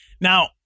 Now